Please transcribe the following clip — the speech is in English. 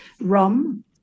rum